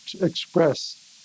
express